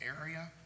area